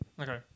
Okay